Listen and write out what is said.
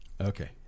Okay